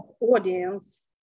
audience